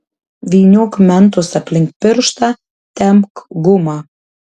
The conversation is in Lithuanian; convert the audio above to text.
vyniok mentus aplink pirštą tempk gumą